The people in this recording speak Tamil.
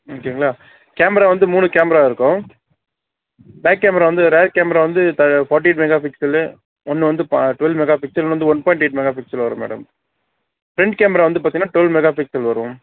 ஓகேங்களா கேமரா வந்து மூணு கேமரா இருக்கும் பேக் கேமரா வந்து ரேர் கேமரா வந்து ஃபார்ட்டி எயிட் மெகா பிக்சலு ஒன்று வந்து டுவெல் மெகா பிக்சல் இன்னொன்று வந்து one point eight megapixel வரும் மேடம் ஃப்ரண்ட் கேமரா வந்து பார்த்திங்கனா டுவெல் மெகா பிக்ஸல் வரும்